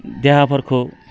देहाफोरखौ